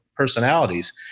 personalities